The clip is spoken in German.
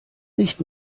nicht